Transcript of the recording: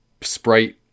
sprite